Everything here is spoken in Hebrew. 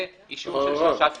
ואישור של שלושה שרים,